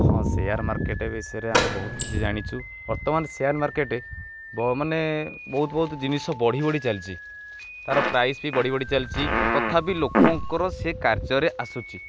ହଁ share market ବିଷୟରେ ଆମେ ବହୁତ କିଛି ଜାଣିଛୁ ବର୍ତ୍ତମାନ ସେୟାର ମାର୍କେଟ୍ ମାନେ ବହୁତ ବହୁତ ଜିନିଷ ବଢ଼ି ବଢ଼ି ଚାଲିଛି ତାର ପ୍ରାଇସ୍ ବି ବଢ଼ି ବଢ଼ି ଚାଲିଛି ତଥାପି ଲୋକଙ୍କର ସେ କାର୍ଯ୍ୟରେ ଆସୁଛି